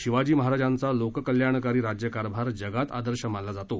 शिवाजी महाराजांचा लोककल्याणकारी राज्य कारभार जगात आदर्श मानला जातो